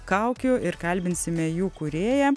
kaukių ir kalbinsime jų kūrėją